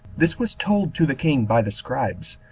this was told to the king by the scribes,